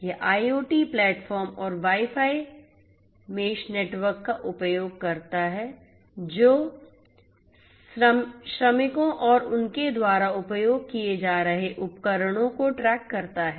यह IoT platform और wifi mesh network का उपयोग करता है जो श्रमिकों और उनके द्वारा उपयोग किए जा रहे उपकरणों को ट्रैक करता है